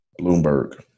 Bloomberg